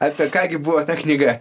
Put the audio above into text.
apie ką gi buvo ta knyga